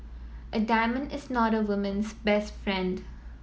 a diamond is not a woman's best friend